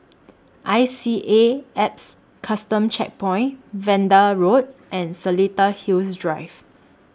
I C A Alps Custom Checkpoint Vanda Road and Seletar Hills Drive